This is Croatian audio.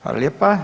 Hvala lijepa.